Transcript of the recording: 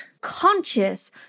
conscious